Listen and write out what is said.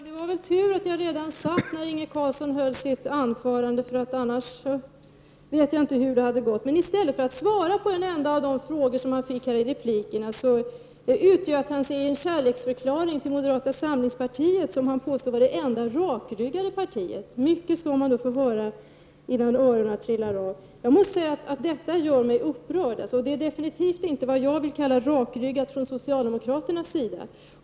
Fru talman! Det var tur att jag redan satt ner när jag hörde Inge Carlssons anförande, annars vet jag inte hur det hade gått. I stället för att svara på en enda av de frågor som han fått i replikerna utgöt han sig i en kärleksförklaring till moderata samlingspartiet, som han påstod var det enda rakryggade partiet. Mycket skall man få höra innan öronen trillar av! Detta gör mig upprörd. Beteendet från socialdemokraternas sida är definitivt inte vad jag vill kalla rakryggat.